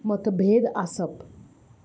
मतभेद आसप